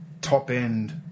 top-end